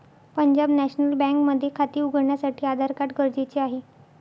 Punjab National Bank मध्ये खाते उघडण्यासाठी आधार कार्ड गरजेचे आहे